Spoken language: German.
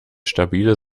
stabile